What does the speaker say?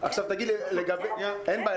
--- אין בעיה.